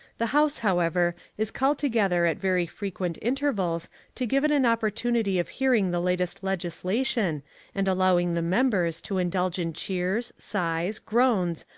the house, however, is called together at very frequent intervals to give it an opportunity of hearing the latest legislation and allowing the members to indulge in cheers, sighs, groans,